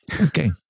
Okay